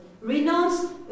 Renounce